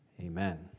Amen